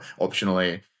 optionally